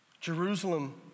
Jerusalem